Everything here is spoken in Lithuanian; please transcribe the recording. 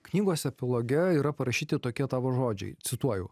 knygos epiloge yra parašyti tokie tavo žodžiai cituoju